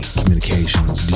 Communications